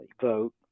vote